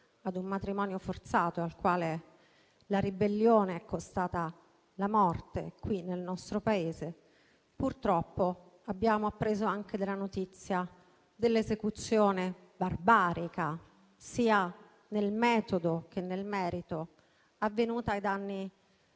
ad un matrimonio forzato, la cui ribellione le è costata la morte qui nel nostro Paese - purtroppo abbiamo appreso anche della notizia dell'esecuzione barbarica, sia nel metodo che nel merito, avvenuta ai danni